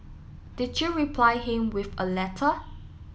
did you reply him with a letter